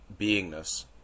beingness